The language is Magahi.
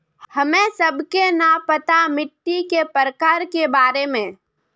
हमें सबके न पता मिट्टी के प्रकार के बारे में?